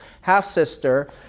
half-sister